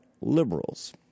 liberals